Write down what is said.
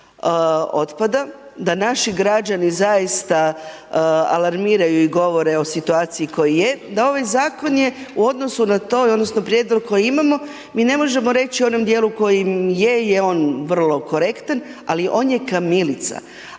da naši građani zaista, alarmiraju i govore o situaciji koji je, da ovaj zakon je u odnosu na to odnosno, prijedlog koji imamo, mi ne možemo reći u onom dijelu koji je je on vrlo korektan, ali on je kamilica.